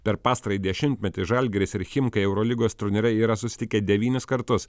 per pastarąjį dešimtmetį žalgiris ir chimkai eurolygos turnyre yra susitikę devynis kartus